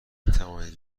توانید